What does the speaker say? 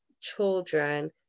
children